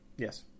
Yes